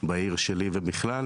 בעיר שלי ובכלל,